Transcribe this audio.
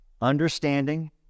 understanding